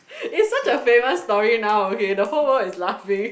it is such a famous story now ahead the whole world is laughing